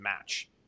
match